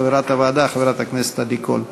חברת הוועדה חברת הכנסת עדי קול.